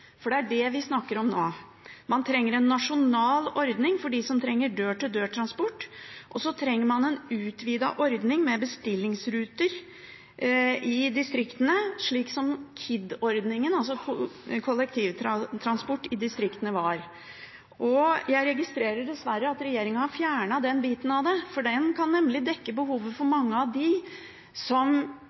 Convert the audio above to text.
for det er det vi snakker om nå. Man trenger en nasjonal ordning for dem som trenger dør-til-dør-transport, og så trenger man en utvidet ordning med bestillingsruter i distriktene, slik som KID-ordningen, kollektivtransport i distriktene, var. Jeg registrerer dessverre at regjeringen har fjernet den biten av det, for den kan nemlig dekke behovet for mange av dem som